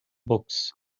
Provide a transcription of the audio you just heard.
books